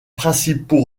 principaux